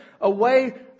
away